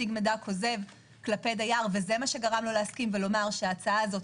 הציג מידע כוזב כלפי דייר וזה מה שגרם לו להסכים ולומר שהעסקה הזו,